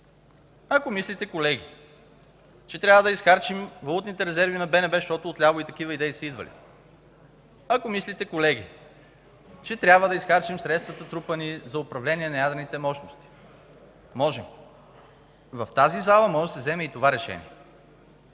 ако мислите, че трябва да изхарчим валутните резерви на БНБ, защото от ляво и такива идеи са идвали; ако мислите, че трябва да изхарчим средствата, трупани за управление на ядрените мощности; можем! В тази зала може да се вземе и такова решение.